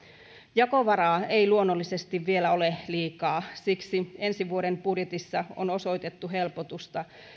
jakovaraa ei luonnollisesti vielä ole liikaa siksi ensi vuoden budjetissa on osoitettu helpotusta